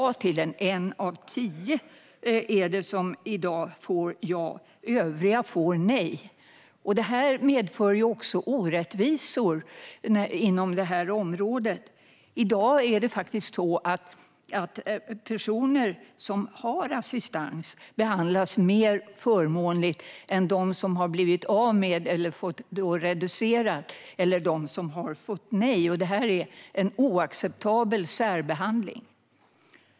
I dag är det en av tio som får ja; övriga får nej. Det medför också orättvisor inom området. I dag är det faktiskt så att personer som har assistans behandlas mer förmånligt än personer som har blivit av med den, fått den reducerad eller fått nej. Det är en oacceptabel särbehandling.